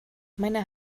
meine